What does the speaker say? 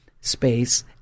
space